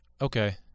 Okay